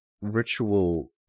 ritual